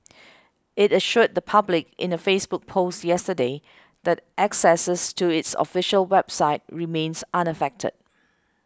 it assured the public in a Facebook post yesterday that access to its official website remains unaffected